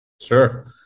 Sure